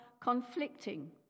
conflicting